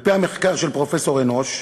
על-פי המחקר של פרופסור אנוש,